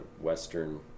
Western